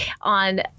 on